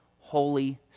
Holy